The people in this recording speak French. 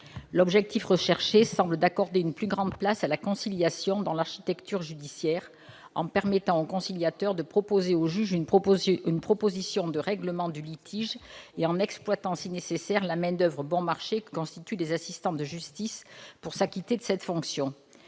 L'objectif semble être d'accorder une plus grande place à la conciliation dans l'architecture judiciaire, en permettant au conciliateur de présenter au juge une proposition de règlement du litige et en exploitant si nécessaire la main-d'oeuvre bon marché que constituent les assistants de justice pour s'acquitter de cette fonction.